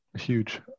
huge